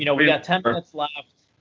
you know we've got ten minutes left.